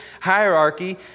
hierarchy